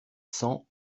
cents